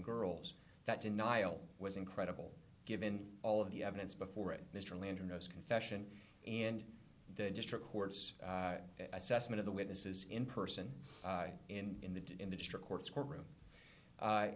girls that denial was incredible given all of the evidence before it mr landor knows confession and the district court's assessment of the witnesses in person in the in the district court's courtroom